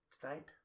Tonight